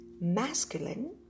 masculine